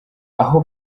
aho